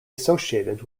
associated